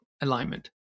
alignment